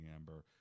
Amber